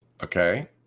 Okay